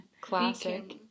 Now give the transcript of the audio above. Classic